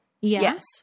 Yes